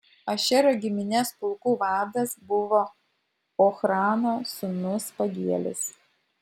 ašero giminės pulkų vadas buvo ochrano sūnus pagielis